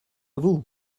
vous